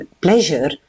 pleasure